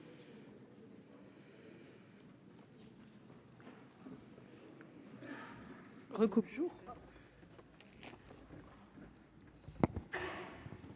Merci